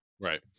Right